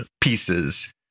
pieces